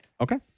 Okay